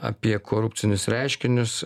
apie korupcinius reiškinius